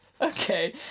Okay